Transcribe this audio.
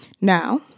now